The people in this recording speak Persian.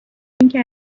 اینکه